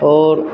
आओर